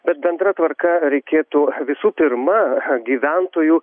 bet bendra tvarka reikėtų visų pirma gyventojų